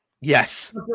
Yes